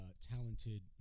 talented